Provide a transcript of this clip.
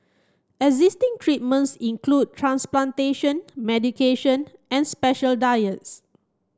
existing treatments include transplantation medication and special diets